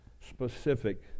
specific